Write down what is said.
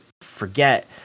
forget